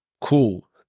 cool